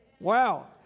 Wow